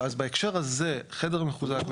אז בהקשר הזה חדר מחוזק,